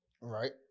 Right